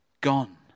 gone